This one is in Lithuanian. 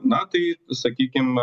na tai sakykim